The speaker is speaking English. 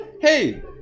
Hey